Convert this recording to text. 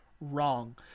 wrong